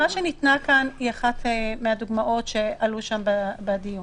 מה שניתנה כאן היא אחת הדוגמאות שעלו שם בדיון.